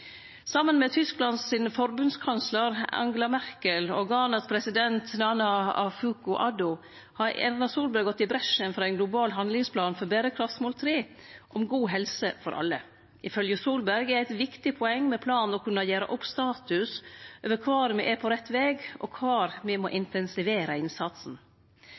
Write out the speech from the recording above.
Saman med Tysklands forbundskanslar Angela Merkel og Ghanas president Nana Akufo-Addo har Erna Solberg gått i bresjen for ein global handlingsplan for berekraftsmål nr. 3 om god helse for alle. Ifølgje Solberg er eit viktig poeng med planen å kunne gjere opp status over kvar me er på rett veg, og kvar me må intensivere innsatsen.